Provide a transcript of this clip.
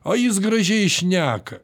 o jis gražiai šneka